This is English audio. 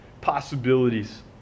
possibilities